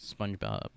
SpongeBob